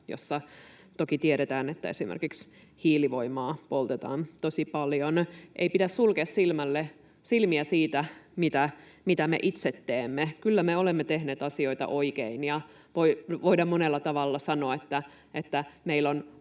jossa — toki tiedetään — esimerkiksi hiilivoimaa poltetaan tosi paljon. Ei pidä sulkea silmiä siltä, mitä me itse teemme. Kyllä me olemme tehneet asioita oikein ja voidaan monella tavalla sanoa, että meillä on